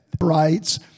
rights